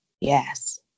Yes